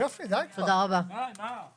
הישיבה ננעלה